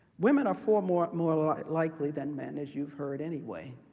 women are for more more likely than men, as you've heard anyway,